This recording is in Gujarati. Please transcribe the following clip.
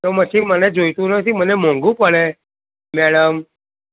તો પછી મને જોઈતું નથી મને મોંઘું પડે મેડમ